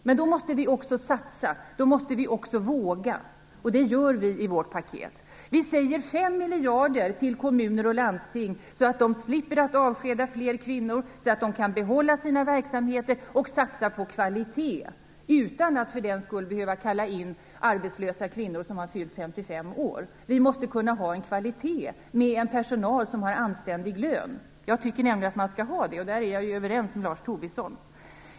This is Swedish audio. Men då måste vi också satsa och våga, och det gör vi i vårt paket. Vi ger 5 miljarder kronor till kommuner och landsting, så att de slipper avskeda fler kvinnor, så att de kan behålla sina verksamheter och satsa på kvalitet utan att för den skull behöva kalla in arbetslösa kvinnor som har fyllt 55 år. Vi måste kunna ha en kvalitet, med en personal som har anständig lön. Jag tycker nämligen att man skall ha det, och där är jag ju överens med Lars Tobisson.